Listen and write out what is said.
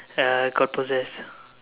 uh got possessed